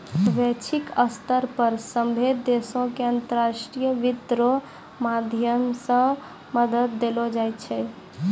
वैश्विक स्तर पर सभ्भे देशो के अन्तर्राष्ट्रीय वित्त रो माध्यम से मदद देलो जाय छै